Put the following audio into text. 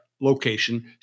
location